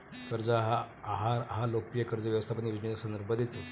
कर्ज आहार हा लोकप्रिय कर्ज व्यवस्थापन योजनेचा संदर्भ देतो